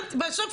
בסוף,